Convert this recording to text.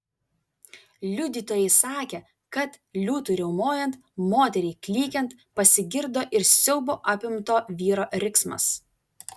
liudytojai sakė kad liūtui riaumojant moteriai klykiant pasigirdo ir siaubo apimto vyro riksmas